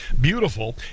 beautiful